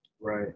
Right